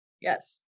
Yes